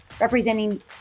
representing